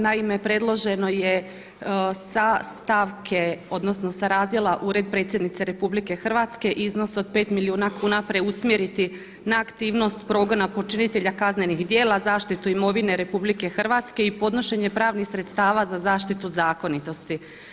Naime, predloženo je sa stavke odnosno sa razdjela Ured predsjednice RH iznos od pet milijuna kuna preusmjeriti na aktivnost progona počinitelja kaznenih djela, zaštitu imovine RH i podnošenje pravnih sredstava za zaštitu zakonitosti.